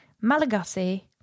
Malagasy